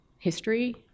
history